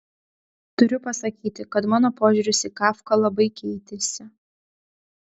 turiu pasakyti kad mano požiūris į kafką labai keitėsi